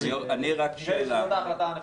נראה לי שזאת ההחלטה הנכונה.